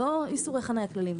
לא איסורי חניה כללים,